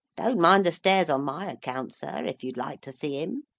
don't mind the stairs on my account, sir, if you'd like to see him.